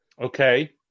okay